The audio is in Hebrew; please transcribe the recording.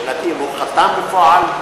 אז שאלתי: האם הוא חתם בפועל?